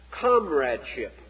comradeship